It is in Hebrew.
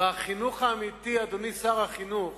והחינוך האמיתי, אדוני שר החינוך,